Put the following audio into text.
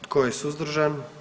Tko je suzdržan?